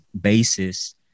basis